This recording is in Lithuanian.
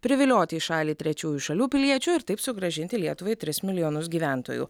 privilioti į šalį trečiųjų šalių piliečių ir taip sugrąžinti lietuvai tris milijonus gyventojų